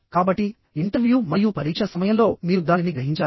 కాబట్టి ఇంటర్వ్యూ మరియు పరీక్ష సమయంలో మీరు దానిని గ్రహించాలి